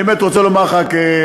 אני באמת רוצה לומר לך כידיד: